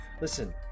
listen